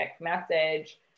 message